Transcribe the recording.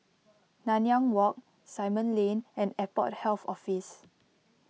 Nanyang Walk Simon Lane and Airport Health Office